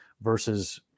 versus